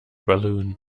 balloon